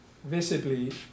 Visibly